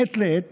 מעת לעת